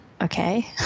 okay